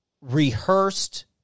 rehearsed